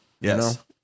Yes